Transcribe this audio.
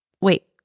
Wait